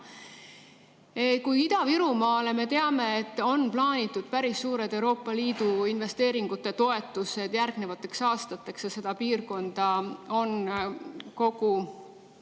Kui Ida-Virumaale, me teame, on plaanitud päris suured Euroopa Liidu investeeringutoetused järgnevateks aastateks ja seda piirkonda on kogu